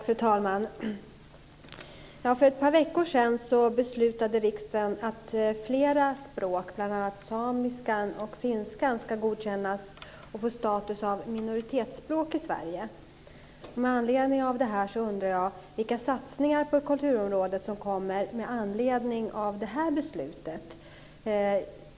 Fru talman! För ett par veckor sedan beslutade riksdagen att flera språk, bl.a. samiska och finska, ska godkännas och få status som minoritetsspråk i Sverige. Då undrar jag vilka satsningar på kulturområdet som kommer med anledning av det här beslutet.